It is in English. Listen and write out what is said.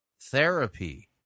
therapy